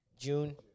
June